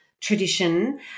tradition